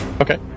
Okay